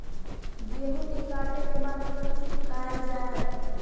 गेहूँ के काटे के बाद सुरक्षित कायल जाय?